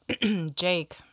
Jake